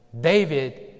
David